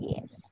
Yes